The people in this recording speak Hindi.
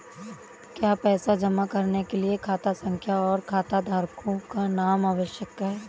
क्या पैसा जमा करने के लिए खाता संख्या और खाताधारकों का नाम आवश्यक है?